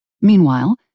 Meanwhile